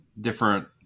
Different